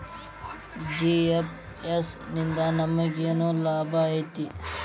GFS ನಿಂದಾ ನಮೆಗೆನ್ ಲಾಭ ಐತಿ?